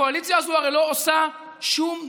הקואליציה הזאת הרי לא עושה שום דבר.